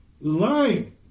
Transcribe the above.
lying